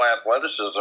athleticism